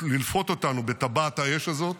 ללפות אותנו בטבעת האש הזאת,